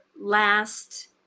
last